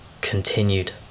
continued